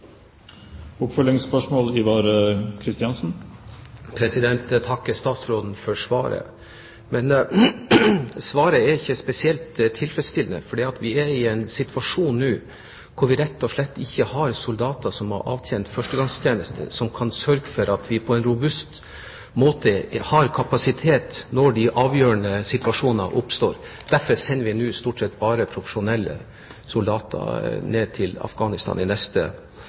Jeg takker statsråden for svaret, men svaret er ikke spesielt tilfredsstillende. For vi er i en situasjon nå hvor vi rett og slett ikke har soldater som har avtjent førstegangstjeneste som kan sørge for at vi på en robust måte har kapasitet når de avgjørende situasjoner oppstår. Derfor sender vi nå i neste periode stort sett bare profesjonelle soldater ned til Afghanistan.